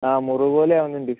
അ മുറിവുപോലെ ആകുന്നുണ്ട്